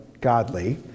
godly